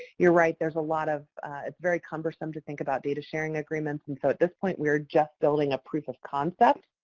you are right, there's a lot of it's very cumbersome to think about data-sharing agreements, and so at this point we are just building a proof of concept